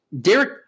Derek